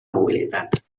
mobilitat